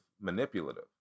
manipulative